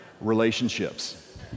relationships